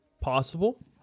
possible